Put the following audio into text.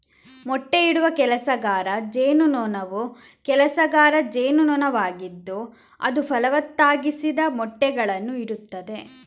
ಮೊಟ್ಟೆಯಿಡುವ ಕೆಲಸಗಾರ ಜೇನುನೊಣವು ಕೆಲಸಗಾರ ಜೇನುನೊಣವಾಗಿದ್ದು ಅದು ಫಲವತ್ತಾಗಿಸದ ಮೊಟ್ಟೆಗಳನ್ನು ಇಡುತ್ತದೆ